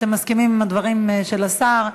אתם מסכימים עם הדברים של השר.